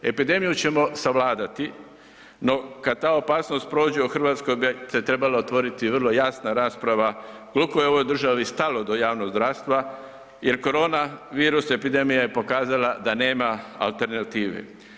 Epidemiju ćemo savladati, no kad ta opasnost prođe, u RH bi se trebala otvoriti vrlo jasna rasprava kolko je ovoj državi stalo do javnog zdravstva jer koronavirus epidemija je pokazala da nema alternative.